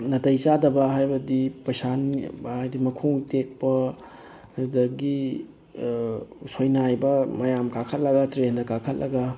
ꯅꯥꯇꯩ ꯆꯥꯗꯕ ꯍꯥꯏꯕꯗꯤ ꯄꯩꯁꯥ ꯍꯥꯏꯗꯤ ꯃꯈꯣꯡ ꯇꯦꯛꯄ ꯑꯗꯨꯗꯒꯤ ꯁꯣꯏꯅꯥꯏꯕ ꯃꯌꯥꯝ ꯀꯥꯈꯠꯂꯒ ꯇ꯭ꯔꯦꯟꯗ ꯀꯥꯈꯠꯂꯒ